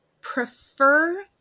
prefer